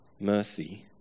mercy